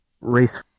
race